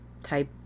type